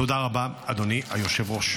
תודה רבה, אדוני היושב-ראש.